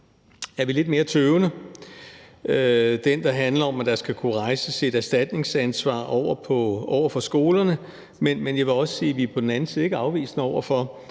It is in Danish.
er vi lidt mere tøvende. Det er det, der handler om, at der skal kunne rejses et erstatningsansvar over for skolerne. Men jeg vil også sige, at vi heller ikke er afvisende over for,